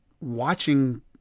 watching